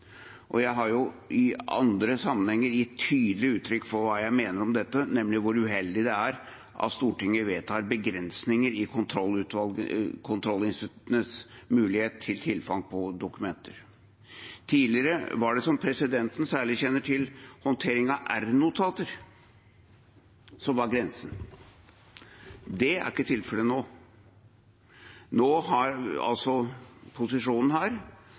og jeg har i andre sammenhenger gitt tydelig uttrykk for hva jeg mener om dette, nemlig hvor uheldig det er at Stortinget vedtar begrensninger i kontrollinstituttenes mulighet til tilfang på dokumenter. Tidligere var det, som presidenten særlig kjenner til, håndtering av R-notater som var grensen. Det er ikke tilfellet nå. Nå har posisjonen